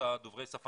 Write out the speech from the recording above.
את דוברי השפה?